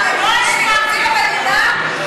המדינה,